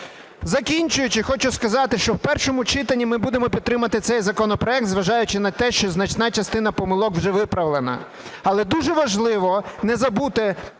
Закінчуючи, хочу сказати, що в першому читанні ми будемо підтримувати це законопроект зважаючи на те, що значна частина помилок вже виправлена. Але дуже важливо не забути